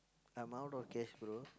I'm out of cash bro